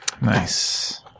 Nice